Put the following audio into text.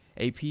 AP